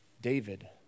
David